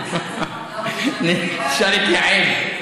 תשאל את יעל.